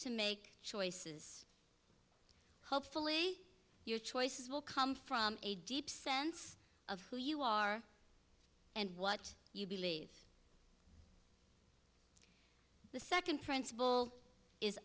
to make choices hopefully your choices will come from a deep sense of who you are and what you believe the second principle is